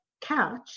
couch